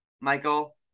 Michael